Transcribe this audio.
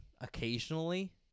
occasionally